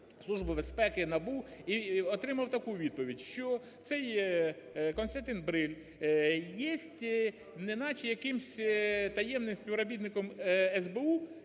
Службу безпеки, НАБУ і отримав таку відповідь, що цей Костянтин Бриль є неначе якимось таємним співробітником СБУ